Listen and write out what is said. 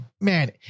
man